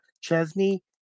Chesney